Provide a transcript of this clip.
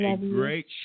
great